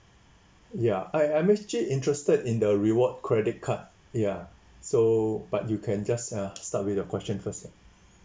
ya I I'm actually interested in the reward credit card ya so but you can just uh start with your question first ah